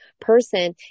person